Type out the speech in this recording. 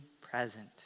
present